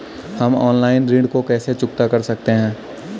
हम ऑनलाइन ऋण को कैसे चुकता कर सकते हैं?